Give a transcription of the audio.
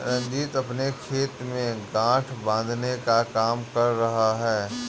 रंजीत अपने खेत में गांठ बांधने का काम कर रहा है